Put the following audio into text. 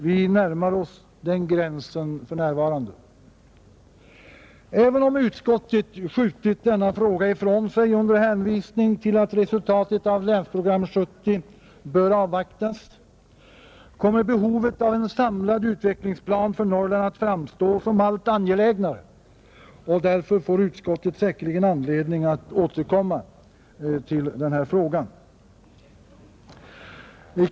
Vi närmar oss den gränsen för närvarande, Även om utskottet skjutit denna fråga ifrån sig under hänvisning till att resultatet av Länsprogram 1970 bör avvaktas, kommer behovet av en samlad utvecklingsplan för Norrland att framstå som allt angelägnare, och därför får utskottet säkerligen anledning att återkomma till frågan.